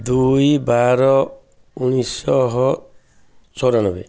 ଦୁଇ ବାର ଉଣିେଇଶି ଶହ ଚଉରାନବେ